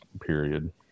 period